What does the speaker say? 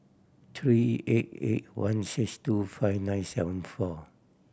three eight eight one six two five nine seven four